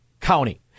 county